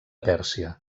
pèrsia